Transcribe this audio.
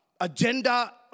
agenda